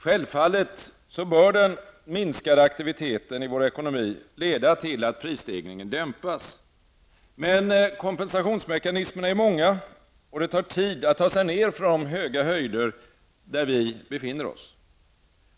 Självfallet bör den minskade aktiviteten i vår ekonomi leda till att prisstegringen dämpas. Men kompensationsmekanismerna är många, och det tar tid att ta sig ner från de höga höjder där vi befinner oss.